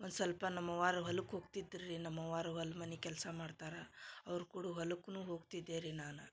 ಒಂದು ಸ್ವಲ್ಪ ನಮ್ಮ ಅವ್ವರ ಹೊಲಕ್ಕೆ ಹೋಗ್ತಿದ್ರ ರೀ ನಮ್ಮ ಅವ್ವರ ಹೊಲ ಮನೆ ಕೆಲಸ ಮಾಡ್ತಾರೆ ಅವ್ರ ಕೂಡು ಹೊಲಕ್ನು ಹೋಗ್ತಿದ್ದೆ ರೀ ನಾನು